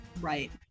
Right